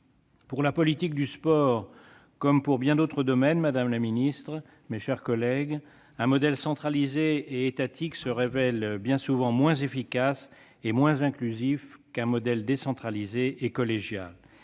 pour la politique du sport comme pour bien d'autres domaines, un modèle centralisé et étatique se révèle bien souvent moins efficace et moins inclusif qu'un modèle décentralisé et collégial.